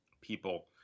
people